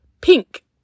pink